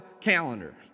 calendar